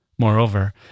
Moreover